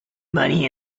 money